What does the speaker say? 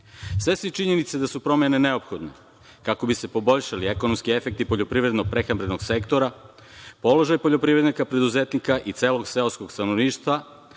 Svesni činjenice da su promene neophodne, kako bi se poboljšali ekonomski efekti poljoprivedno-prehrambenog sektora, položaj poljoprivrednika, preduzetnika, i celog seoskog stanovništva,